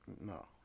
no